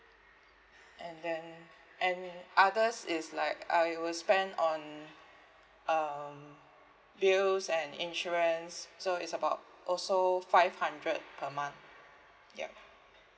and then and others it's like I will spend on um bills and insurance so it's about also five hundred per month yup